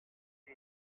âgé